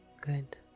good